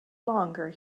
longer